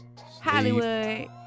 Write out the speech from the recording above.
Hollywood